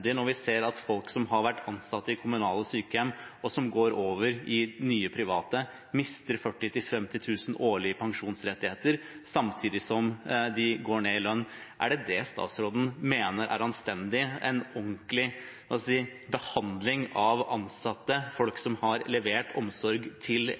når vi ser at folk som har vært ansatt i kommunale sykehjem, og som går over i nye, private, mister 40 000–50 000 kr årlig i pensjonsrettigheter, samtidig som de går ned i lønn? Er det det statsråden mener er en anstendig, ordentlig – hva skal jeg si – behandling av ansatte, av folk som har levert omsorg til